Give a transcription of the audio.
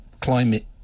climate